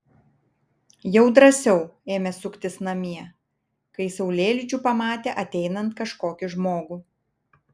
jau drąsiau ėmė suktis namie kai saulėlydžiu pamatė ateinant kažkokį žmogų